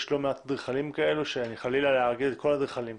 יש שלא מעט אדריכלים כאלה חלילה מלומר כל האדריכלים,